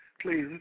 please